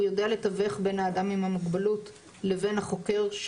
הוא יודע לתווך בין האדם עם המוגבלות לבין החוקר,